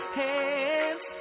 hands